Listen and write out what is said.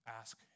ask